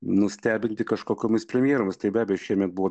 nustebinti kažkokiomis premjeromis tai be abejo šiemet buvo